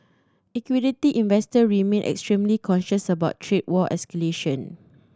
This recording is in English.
equity investor remain extremely cautious about trade war escalation